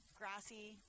grassy